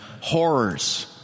horrors